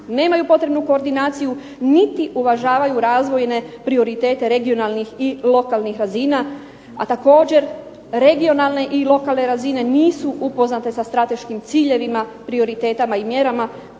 nemaju potrebnu koordinaciju, niti uvažavaju razvojne prioritete regionalnih i lokalnih razina. A također regionalne i lokalne razine nisu upoznate sa strateškim ciljevima, prioritetima i mjerama